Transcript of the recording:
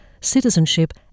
citizenship